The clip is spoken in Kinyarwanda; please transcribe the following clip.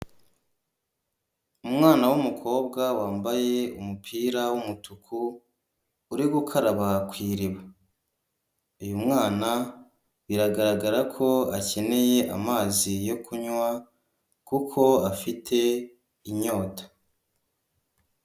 Umwana w'umukobwa wambaye umupira w'umutuku, uri gukaraba ku iriba. Uyu mwana, biragaragara ko akeneye amazi yo kunywa, kuko afite inyota.